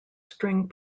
string